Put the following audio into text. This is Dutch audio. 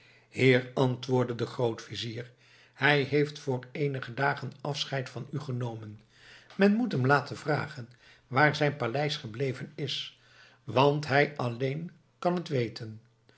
heer antwoordde de grootvizier hij heeft voor eenige dagen afscheid van u genomen men moet hem laten vragen waar zijn paleis gebleven is want hij alleen kan het weten